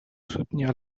soutenir